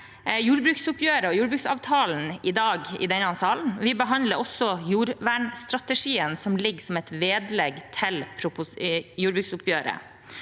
jordbruksoppgjøret og jordbruksavtalen i denne salen i dag, vi behandler også jordvernstrategien, som ligger som et vedlegg til jordbruksoppgjøret.